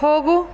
ಹೋಗು